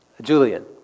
Julian